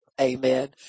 Amen